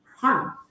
Harm